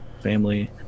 family